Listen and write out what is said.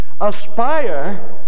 Aspire